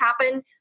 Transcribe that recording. happen